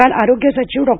काल आरोग्य सचिव डॉ